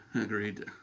Agreed